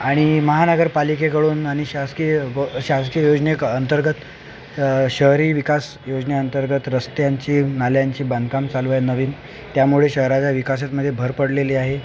आणि महानगरपालिकेकडून आणि शासकीय ब शासकीय योजने क अंतर्गत शहरी विकास योजनेअंतर्गत रस्त्यांची नाल्यांची बांधकाम चालू आहे नवीन त्यामुळे शहराच्या विकासात मध्ये भर पडलेली आहे